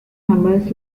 members